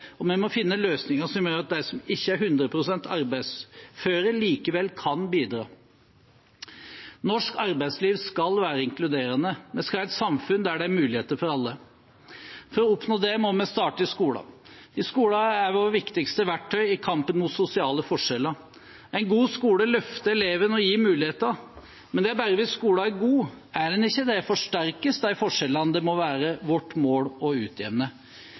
må finne løsninger som gjør at de som ikke er 100 pst. arbeidsføre, likevel kan bidra. Norsk arbeidsliv skal være inkluderende. Vi skal ha et samfunn der det er muligheter for alle. For å oppnå det må vi starte i skolen. Skolen er vårt viktigste verktøy i kampen mot sosiale forskjeller. En god skole løfter eleven og gir muligheter, men det er bare hvis skolen er god. Er den ikke det, forsterkes de forskjellene det må være vårt mål å utjevne.